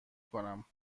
کنم